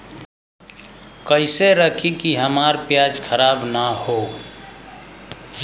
कइसे रखी कि हमार प्याज खराब न हो?